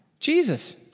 Jesus